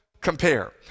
compare